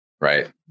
Right